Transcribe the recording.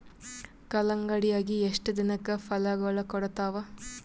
ಕಲ್ಲಂಗಡಿ ಅಗಿ ಎಷ್ಟ ದಿನಕ ಫಲಾಗೋಳ ಕೊಡತಾವ?